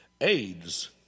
AIDS